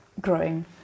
growing